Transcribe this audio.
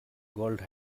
gold